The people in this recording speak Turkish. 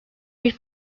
bir